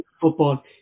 football